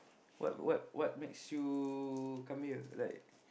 what what what makes you come here like